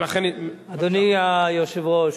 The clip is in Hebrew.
אדוני היושב-ראש,